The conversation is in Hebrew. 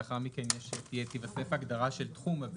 לאחר מכן תיווסף ההגדרה של תחום הבזק.